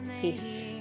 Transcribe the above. Peace